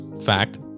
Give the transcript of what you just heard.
fact